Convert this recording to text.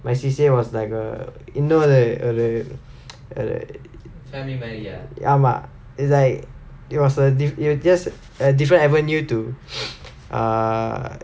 my C_C_A was like uh இன்னொரு ஒரு:innoru oru err ஆமா:aamaa is like it was a diff~ it's just a different avenue to err